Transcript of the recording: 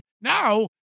Now